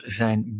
zijn